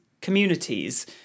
communities